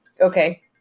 okay